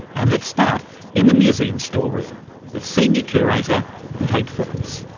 and let's start in the museum storeroom with senior curator kate phillips.